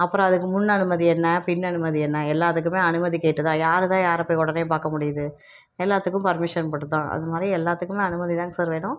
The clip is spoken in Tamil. அப்புறம் அதுக்கு முன் அனுமதி என்ன பின் அனுமதி என்ன எல்லாத்துக்குமே அனுமதி கேட்டு தான் யார்தான் யாரை போய் உடனே பார்க்க முடியுது எல்லாத்துக்கும் பர்மிஷன் போட்டு தான் அது மாதிரி எல்லாத்துக்குமே அனுமதி தாங்க சார் வேணும்